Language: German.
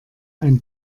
ein